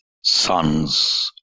sons